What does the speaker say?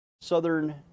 Southern